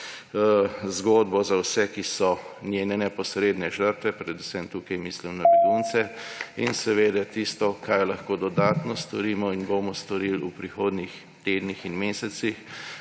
zgodba za vse, ki so njene neposredne žrtve, predvsem tukaj mislim na begunce, in seveda tisto, kaj lahko dodatno storimo in bomo storili v prihodnjih tednih in mesecih